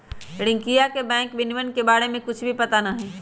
रियंकवा के बैंक विनियमन के बारे में कुछ भी पता ना हई